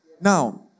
Now